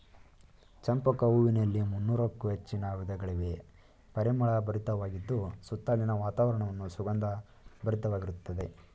ಚಂಪಕ ಹೂವಿನಲ್ಲಿ ಮುನ್ನೋರಕ್ಕು ಹೆಚ್ಚಿನ ವಿಧಗಳಿವೆ, ಪರಿಮಳ ಭರಿತವಾಗಿದ್ದು ಸುತ್ತಲಿನ ವಾತಾವರಣವನ್ನು ಸುಗಂಧ ಭರಿತವಾಗಿರುತ್ತದೆ